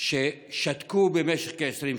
ששתקו במשך כ-20 שעות.